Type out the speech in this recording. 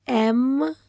M